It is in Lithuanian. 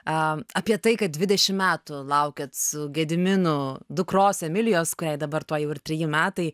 am apie tai kad dvidešim metų laukiat su gediminu dukros emilijos kuriai dabar tuoj ir treji metai